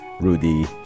Rudy